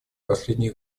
последние